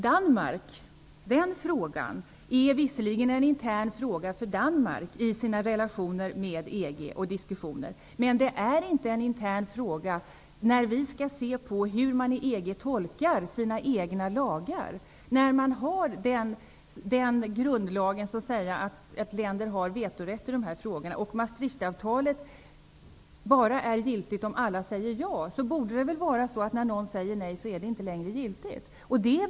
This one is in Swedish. Danmarksfrågan är visserligen en intern fråga för Danmark i sina relationer med EG, men det är inte en intern fråga när vi i Sverige skall se på hur man inom EG tolkar sina egna lagar, när man har en grundlag som säger att länder har vetorätt i dessa frågor och att Maastrichtavtalet bara är giltigt om alla säger ja. Det borde vara så att när någon säger nej, är avtalet inte längre giltigt.